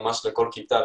לכל כיתה,